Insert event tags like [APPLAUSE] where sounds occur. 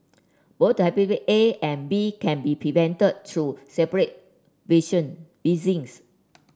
both [UNINTELLIGIBLE] A and B can be prevented through separate vision [UNINTELLIGIBLE]